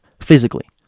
physically